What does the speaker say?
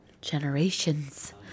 generations